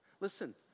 listen